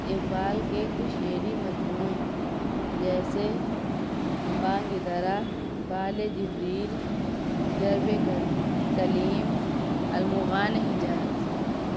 اقبال کے کچھ شعری مجموعے جیسے بانگ درا بال جبریل ضرب کلیم ارمغان حجاز